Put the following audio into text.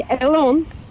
alone